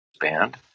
band